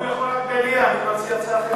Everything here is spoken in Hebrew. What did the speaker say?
הוא יכול להציע רק מליאה, אני מציע הצעה אחרת.